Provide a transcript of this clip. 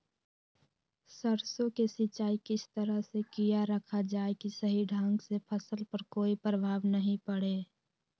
सरसों के सिंचाई किस तरह से किया रखा जाए कि सही ढंग से फसल पर कोई प्रभाव नहीं पड़े?